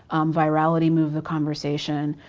virality moved the conversation.